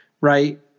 right